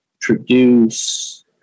Produce